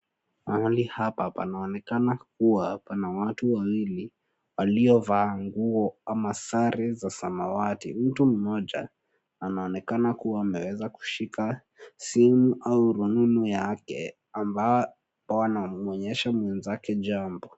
Mahali hapa panaonekana kuwa pana watu wawili walio vaa nguo ama sare za samawati mtu mmoja anaonekana kuwa ameweza kushika simu au rununu yake ambayo anamwonyesha mwenzake jambo.